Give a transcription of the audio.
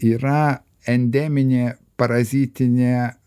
yra endeminė parazitinė